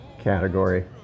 category